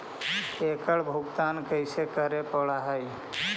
एकड़ भुगतान कैसे करे पड़हई?